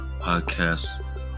podcast